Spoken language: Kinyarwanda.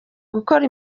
gukora